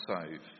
save